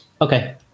Okay